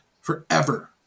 forever